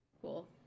Cool